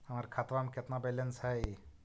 हमर खतबा में केतना बैलेंस हई?